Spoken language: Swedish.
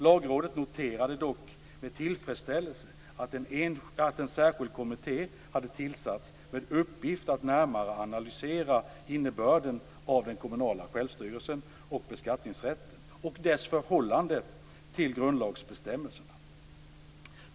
Lagrådet noterade dock med tillfredsställelse att en särskild kommitté hade tillsatts, med uppgift att närmare analysera innebörden av den kommunala självstyrelsen och beskattningsrätten och dess förhållande till grundlagsbestämmelserna.